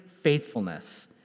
faithfulness